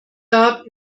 gab